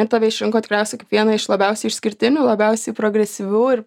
ir tave išrinko tikriausiai kaip vieną iš labiausiai išskirtinių labiausiai progresyvių ir